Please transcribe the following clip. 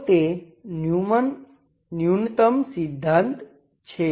તો તે ન્યુનત્તમ સિધ્ધાંત છે